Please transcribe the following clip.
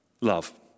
Love